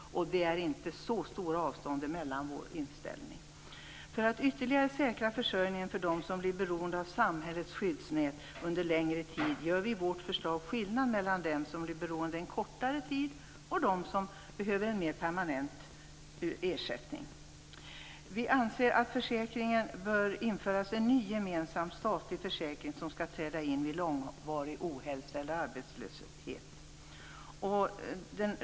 Det är inte så stora avstånd mellan inställningen där och vår inställning. För att ytterligare säkra försörjningen för dem som under en längre tid blir beroende av samhällets skyddsnät gör vi i vårt förslag skillnad mellan dem som under en kortare tid blir beroende och dem som behöver en mera permanent ersättning. Vi anser att det bör införas en ny gemensam statlig försäkring som skall träda in vid långvarig ohälsa eller arbetslöshet.